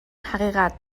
حقیقت